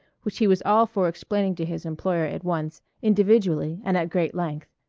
which he was all for explaining to his employer at once, individually and at great length.